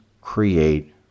create